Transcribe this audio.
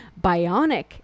bionic